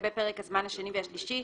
לגבי פרק הזמן השני והשלישי,